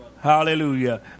Hallelujah